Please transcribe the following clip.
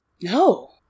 No